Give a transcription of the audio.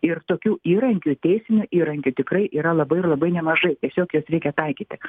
ir tokių įrankių teisinių įrankių tikrai yra labai ir labai nemažai tiesiog juos reikia taikyti